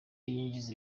yinjije